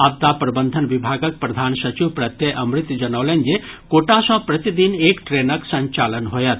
आपदा प्रबंधन विभागक प्रधान सचिव प्रत्यय अमृत जनौलनि जे कोटा सॅ प्रतिदिन एक ट्रेनक संचालन होयत